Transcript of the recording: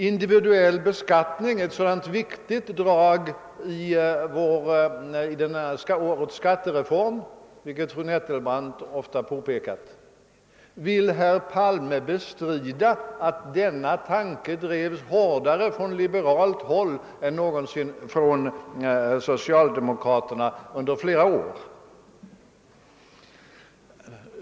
Individuell beskattning är ett mycket väsentligt drag i årets skattereform, vilket fru Nettelbrandt ofta har påpekat. Vill herr Palme bestrida att denna tanke drivits hårdare från liberalt håll än någonsin från socialdemokratiskt under flera år?